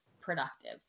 productive